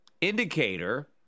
indicator